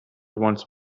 once